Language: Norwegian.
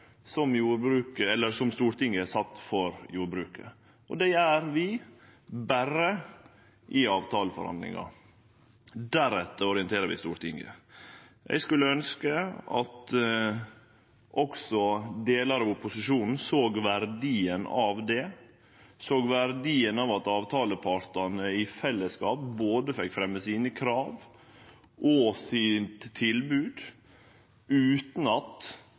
for jordbruket. Det gjer vi berre i avtaleforhandlingar. Deretter orienterer vi Stortinget. Eg skulle ønskje at også delar av opposisjonen såg verdien av det, såg verdien av at avtalepartane i fellesskap fekk fremje både sine krav og sitt tilbod utan at